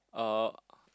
uh